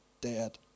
dead